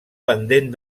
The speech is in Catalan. pendent